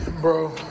bro